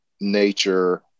nature